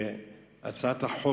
הצעת החוק,